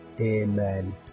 amen